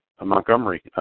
Montgomery